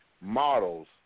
Models